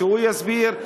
שהוא יסביר,